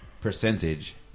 percentage